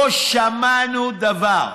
לא שמענו דבר.